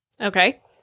Okay